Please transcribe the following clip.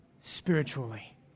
spiritually